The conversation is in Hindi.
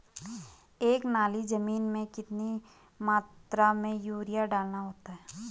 एक नाली जमीन में कितनी मात्रा में यूरिया डालना होता है?